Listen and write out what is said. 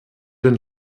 den